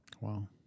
Wow